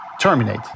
terminate